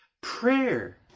prayer